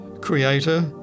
Creator